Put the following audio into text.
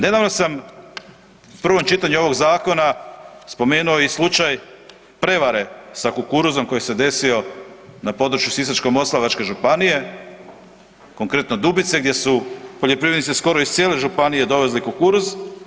Nedavno sam u prvom čitanju ovog zakona spomenuo i slučaj prevare sa kukuruzom koji se desio na području Sisačko-moslavačke županije, konkretno Dubice gdje su poljoprivrednici skoro iz cijele županije dovezli kukuruz.